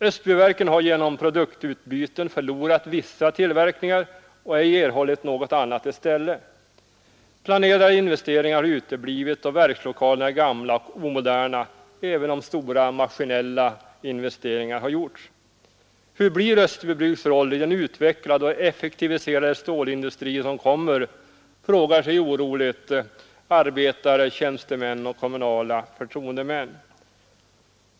Österbyverken har genom produktutbyte förlorat vissa tillverkningar och ej erhållit något annat i stället. Planerade investeringar har uteblivit, och verkstadslokalerna är gamla och omoderna även om stora investeringar i maskiner har gjorts. Hur blir Österbybruks roll bland de utvecklade och effektiviserade stålindustrier som kommer, frågar sig oroligt arbetare, tjänstemän och kommunala förtroendemän.